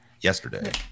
yesterday